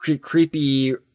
creepy